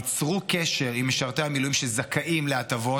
ייצרו קשר עם משרתי המילואים שזכאים להטבות